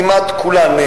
כמעט כולן נאנסות,